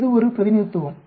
இது ஒரு பிரதிநிதித்துவம்